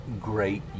great